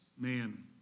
man